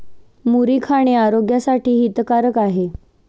मुरी खाणे आरोग्यासाठी हितकारक आहे